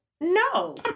no